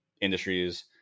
industries